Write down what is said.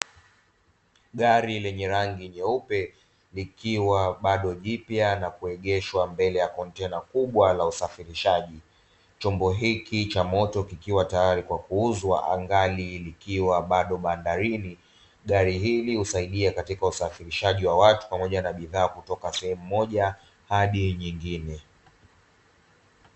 Gari lenye rangi jeupe likiwa bado jipya limewekwa mbele kwenye maegesho ya magari likiwa tayari kwa ajili kuuzwa likiwa bado lipo bandarini